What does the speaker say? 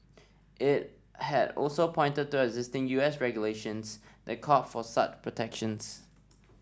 it had also pointed to existing U S regulations that call for such protections